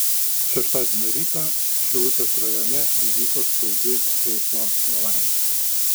šeštadienio rytą šilutės rajone įvyko skaudi eismo nelaimė